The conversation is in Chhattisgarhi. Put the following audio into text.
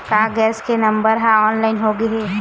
का गैस के नंबर ह ऑनलाइन हो जाथे?